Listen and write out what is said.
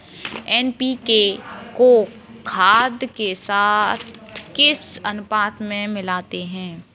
NPK को खाद के साथ किस अनुपात में मिलाते हैं?